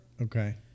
Okay